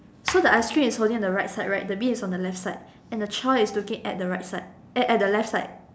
so the ice cream is holding on the right side right the bee is on the left side and the child is looking at the right side eh at the left side